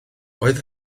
oedd